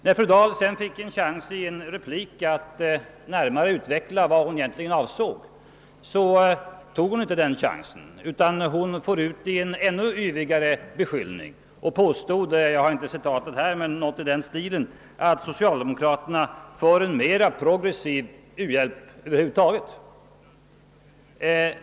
När fru Dahl sedan fick en chans att i en replik närmare utveckla vad hon egentligen avsåg, tog hon inte den chansen, utan då for hon ut i en ännu yvigare beskyllning och påstod — jag har inte citatet här — något i den stilen som att socialdemokraterna för en mera progressiv u-hjälpspolitik över huvud taget.